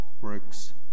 works